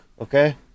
Okay